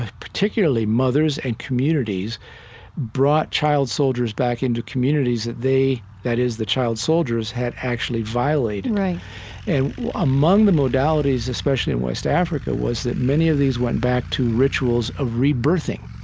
particularly, mothers and communities brought child soldiers back into communities that they that is, the child soldiers had actually violated right and among the modalities, especially in west africa, was that many of these went back to rituals of rebirthing.